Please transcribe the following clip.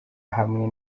hamwe